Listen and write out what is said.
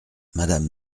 madame